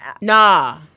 Nah